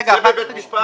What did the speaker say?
זה בבית המשפט?